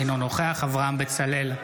אינו נוכח אברהם בצלאל,